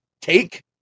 take